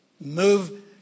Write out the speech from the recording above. move